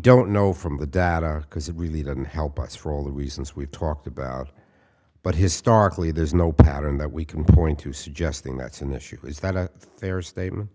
don't know from the data because it really doesn't help us for all the reasons we've talked about but historically there's no pattern that we can point to suggesting that's an issue is that a fair statement